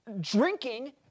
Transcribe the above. drinking